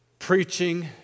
Preaching